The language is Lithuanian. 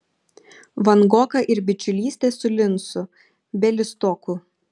vangoka ir bičiulystė su lincu bialystoku